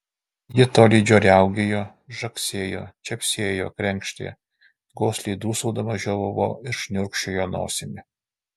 ji tolydžio riaugėjo žagsėjo čepsėjo krenkštė gosliai dūsaudama žiovavo ir šniurkščiojo nosimi